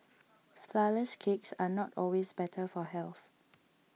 Flourless Cakes are not always better for health